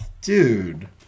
Dude